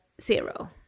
zero